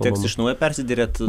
teks iš naujo persiderėt